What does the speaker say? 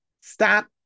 Stop